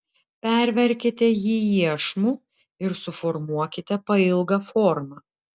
perverkite jį iešmu ir suformuokite pailgą formą